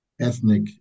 ethnic